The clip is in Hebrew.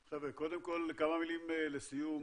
חבר'ה, קודם כל כמה מילים לסיום.